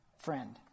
Friend